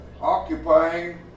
occupying